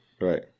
Right